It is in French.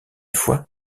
fois